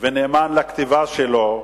ונאמן לכתיבה שלו,